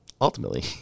Ultimately